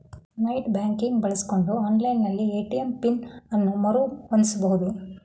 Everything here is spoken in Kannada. ನೆಟ್ ಬ್ಯಾಂಕಿಂಗ್ ಬಳಸಿಕೊಂಡು ಆನ್ಲೈನ್ ನಲ್ಲಿ ಎ.ಟಿ.ಎಂ ಪಿನ್ ಅನ್ನು ಮರು ಹೊಂದಿಸಬಹುದು